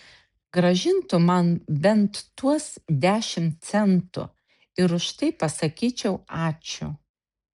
grąžintų man bent tuos dešimt centų ir už tai pasakyčiau ačiū